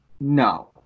No